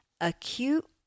Acute